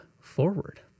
forward